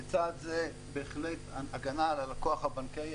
לצד זה בהחלט הגנה על הלקוח הבנקאי.